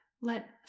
Let